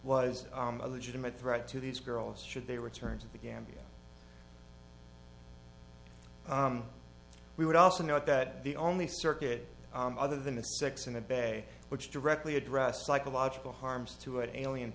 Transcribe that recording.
was a legitimate threat to these girls should they return to the gambia we would also note that the only circuit other than the six in the bay which directly addressed psychological harms to an alien